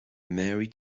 mary